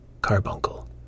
Carbuncle